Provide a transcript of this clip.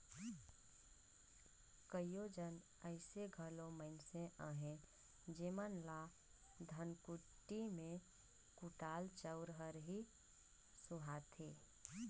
कइयो झन अइसे घलो मइनसे अहें जेमन ल धनकुट्टी में कुटाल चाँउर हर ही सुहाथे